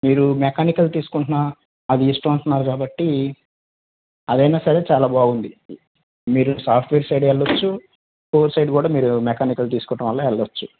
మీరు మెకానికల్ తీసుకుంటున్న అది ఇష్టం అంటున్నారు కాబట్టి అదైనా సరే చాలా బాగుంది మీరు సాఫ్ట్వేర్ సైడ్ వెళ్లొచ్చు కోర్ సైడ్ కూడా మీరు మెకానికల్ తీసుకోవటం వల్ల వెళ్లొచ్చు